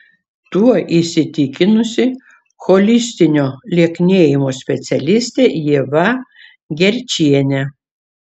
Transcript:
tuo įsitikinusi holistinio lieknėjimo specialistė ieva gerčienė